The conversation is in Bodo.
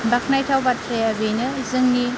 बाखनायथाव बाथ्राया बेनो जोंनि